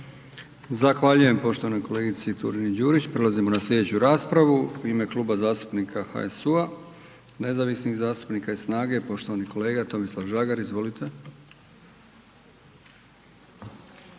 Zahvaljujem poštovanoj kolegi Turini Đurić. Prelazimo na slijedeću raspravu, u ime Kluba zastupnika HSU-a, nezavisnih zastupnika i SNAGA-e, poštovani kolega Tomislav Žagar, izvolite.